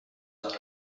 دارم